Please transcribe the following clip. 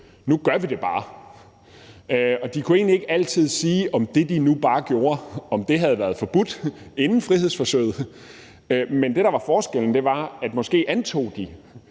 Nu gør vi det bare. De kunne egentlig ikke altid sige, om det, de nu bare gjorde, havde været forbudt inden frihedsforsøget, men det, der var forskellen, var, at de før havde